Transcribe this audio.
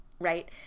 Right